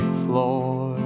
floor